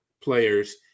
players